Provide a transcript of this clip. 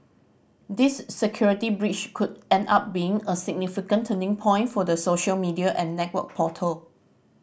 this security breach could end up being a significant turning point for the social media and network portal